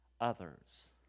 others